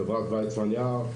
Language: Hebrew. חברת ויצמן-יער.